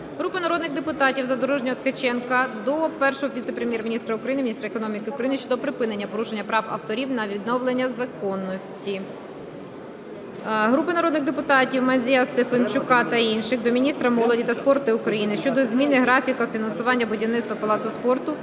Групи народних депутатів (Задорожнього, Ткаченка). До Першого віце-прем'єр-міністра України - міністра економіки України щодо припинення порушення прав авторів та відновлення законності. Групи народних депутатів (Мандзія, Стефанчука та інших) до міністра молоді та спорту України щодо зміни графіка фінансування будівництва "Палацу спорту